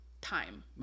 time